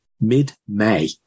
Mid-May